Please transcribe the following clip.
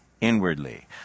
inwardly